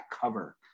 cover